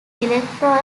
electoral